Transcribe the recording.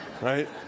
Right